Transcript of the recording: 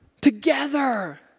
together